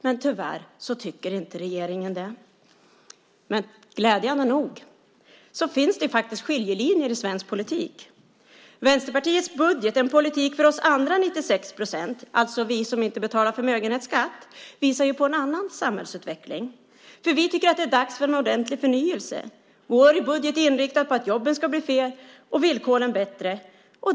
Men tyvärr tycker inte regeringen det. Glädjande nog finns det faktiskt skiljelinjer i svensk politik. Vänsterpartiets budget En politik för oss andra 96 procent - alltså vi som inte betalar förmögenhetsskatt - visar på en annan samhällsutveckling. Vi tycker att det är dags för en ordentlig förnyelse. Vår budget är inriktad på att jobben ska bli fler och villkoren bättre.